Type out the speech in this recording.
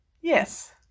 yes